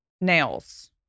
nails